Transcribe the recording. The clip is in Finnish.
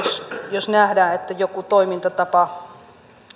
jos nähdään että joku toimintatapa